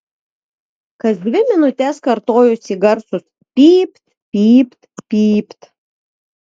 kas dvi minutes kartojosi garsūs pypt pypt pypt